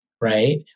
right